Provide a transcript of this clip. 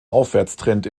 aufwärtstrend